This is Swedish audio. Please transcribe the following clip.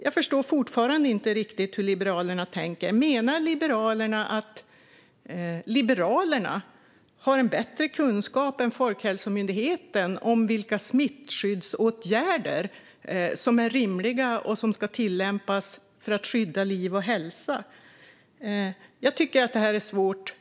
Jag förstår fortfarande inte riktigt hur Liberalerna tänker. Menar ni att Liberalerna har en bättre kunskap än Folkhälsomyndigheten om vilka smittskyddsåtgärder som är rimliga för att skydda liv och hälsa? Jag tycker att det här är svårt.